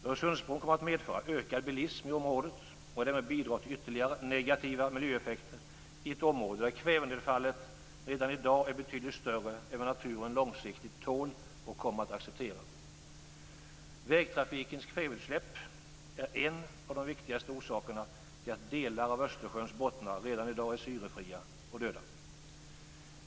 Öresundsbron kommer att medföra ökad bilism i området och därmed att bidra till ytterligare negativa miljöeffekter i ett område där kvävenedfallet redan i dag är betydligt större än vad naturen långsiktigt tål och kommer att acceptera. Vägtrafikens kväveutsläpp är en av de viktigaste orsakerna till att delar av Östersjöns bottnar redan i dag är syrefria och döda.